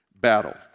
battle